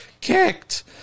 kicked